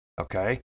Okay